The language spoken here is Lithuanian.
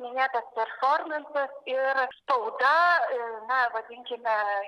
minėtas performansas ir spauda na vadinkime